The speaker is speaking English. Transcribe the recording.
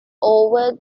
over